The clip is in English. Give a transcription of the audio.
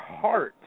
heart